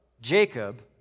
Jacob